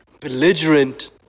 belligerent